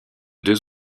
deux